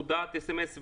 הודעת אס.אם.אס.,